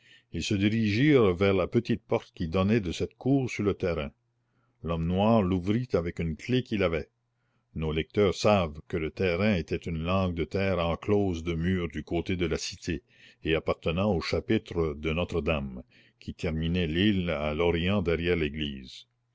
ils se dirigèrent vers la petite porte qui donnait de cette cour sur le terrain l'homme noir l'ouvrit avec une clef qu'il avait nos lecteurs savent que le terrain était une langue de terre enclose de murs du côté de la cité et appartenant au chapitre de notre-dame qui terminait l'île à l'orient derrière l'église